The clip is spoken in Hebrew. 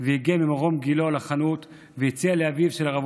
הגיע ממרום גילו לחנות והציע לאביו של הרב